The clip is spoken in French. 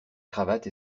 cravate